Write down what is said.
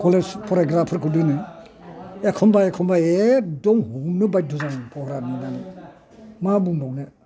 college फरायग्रा फोरखौ दोनो एखमब्ला एखमब्ला एखदम हमनो बायध' जाना फैयो मा बुंबावनो